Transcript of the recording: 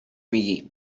میگی